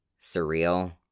surreal